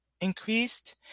increased